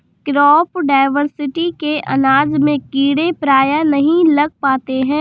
crop diversity से अनाज में कीड़े प्रायः नहीं लग पाते हैं